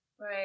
Right